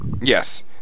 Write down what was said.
Yes